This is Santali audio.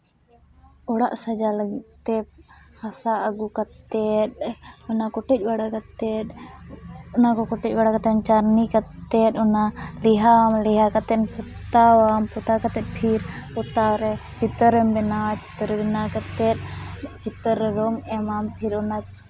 ᱚᱲᱟᱜ ᱥᱟᱡᱟᱣ ᱞᱟᱹᱜᱤᱫ ᱛᱮ ᱦᱟᱥᱟ ᱟᱹᱜᱩ ᱠᱟᱛᱮᱫ ᱚᱱᱟ ᱠᱚ ᱠᱚᱴᱮᱡ ᱵᱟᱲᱟ ᱠᱟᱛᱮᱫ ᱪᱟᱹᱨᱱᱤ ᱠᱟᱛᱮᱫ ᱚᱱᱟ ᱞᱮᱣᱦᱟ ᱟᱢ ᱞᱮᱣᱦᱟ ᱵᱟᱲᱟ ᱠᱟᱛᱮᱫ ᱯᱚᱛᱟᱣᱟᱢ ᱯᱚᱛᱟᱣ ᱵᱟᱲᱟ ᱠᱟᱛᱮᱫ ᱯᱷᱤᱨ ᱯᱚᱛᱟᱣ ᱨᱮ ᱪᱤᱛᱟᱹᱨᱮᱢ ᱵᱮᱱᱟᱣᱟ ᱪᱤᱛᱟᱹᱨ ᱵᱮᱱᱟᱣ ᱠᱟᱛᱮᱫ ᱪᱤᱛᱟᱹᱨ ᱨᱮ ᱨᱚᱝ ᱮᱢᱟᱢ ᱯᱷᱤᱨ ᱚᱱᱟ